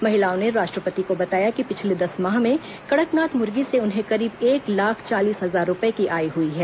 महिलाओं ने राष्ट्रपति को बताया कि पिछले दस माह में कड़कनाथ मुर्गी से उन्हें करीब एक लाख चालीस हजार रूपये की आय हई है